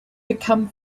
become